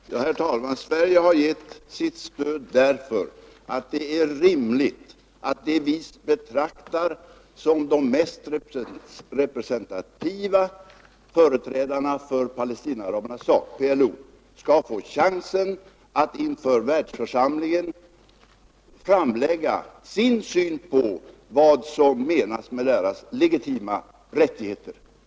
Ang. PLO:s Herr talman! Sverige har givit sitt stöd därför att det är rimligt att de deltagande i FN:s som vi betraktar som de mest representativa företrädarna för Palestina Mellanösterndearabernas sak, PLO, skall få chansen att inför världsförsamlingen framlägga batt sin syn på vad som menas med Palestinaarabernas legitima rättigheter.